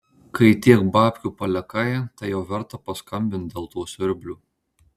kai tiek babkių palikai tai jau verta paskambint dėl to siurblio